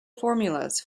formulas